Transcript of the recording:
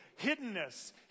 hiddenness